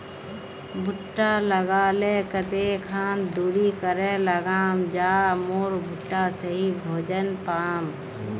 भुट्टा लगा ले कते खान दूरी करे लगाम ज मोर भुट्टा सही भोजन पाम?